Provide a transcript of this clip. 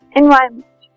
environment